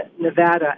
Nevada